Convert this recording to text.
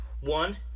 One